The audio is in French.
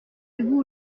debout